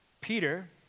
Peter